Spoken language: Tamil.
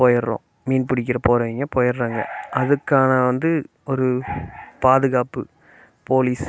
போயிடுறோம் மீன் பிடிக்கற போறவங்க போயிடுறாங்க அதுக்கான வந்து ஒரு பாதுகாப்பு போலீஸ்